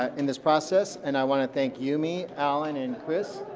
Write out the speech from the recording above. in this process, and i want to thank yumi, alan, and chris,